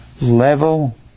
level